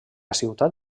ciutat